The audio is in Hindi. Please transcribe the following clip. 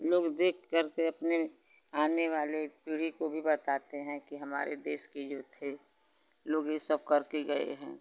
लोग देखकर के अपने आने वाले पीढ़ी को भी बताते हैं कि हमारे देश के जो थे लोग ये सब करके गए हैं